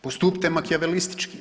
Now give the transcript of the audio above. Postupite Makijavelistički.